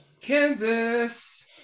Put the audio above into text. Kansas